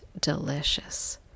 delicious